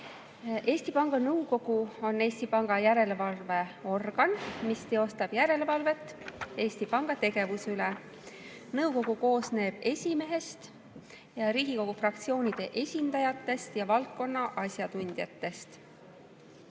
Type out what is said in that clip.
Eesti Panga Nõukogu on Eesti Panga järelevalveorgan, mis teostab järelevalvet Eesti Panga tegevuse üle. Nõukogu koosneb esimehest, Riigikogu fraktsioonide esindajatest ja valdkonna asjatundjatest.